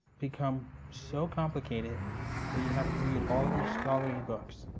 become so complicated that you have to read all these scholarly books,